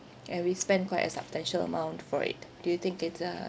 and we spent quite a substantial amount for it do you think it's a